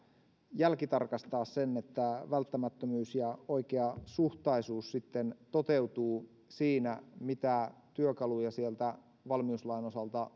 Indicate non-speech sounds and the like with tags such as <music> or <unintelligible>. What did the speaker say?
jälkitarkastaa sen että välttämättömyys ja oikeasuhtaisuus sitten toteutuvat siinä mitä työkaluja sieltä valmiuslain osalta <unintelligible>